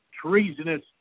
treasonous